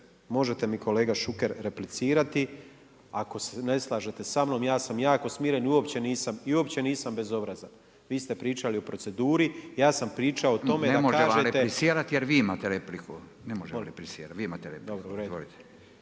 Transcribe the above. Možete mi kolega Šuker replicirati, ako se ne slažete sa mnom, ja sam jako smiren i uopće nisam bezobrazan. Vi ste pričali o proceduri, ja sam pričao o tome … /Upadica Radin: Ne može vam replicirati jer vi imate repliku./ … dobro uredu. Znači ja sam govorio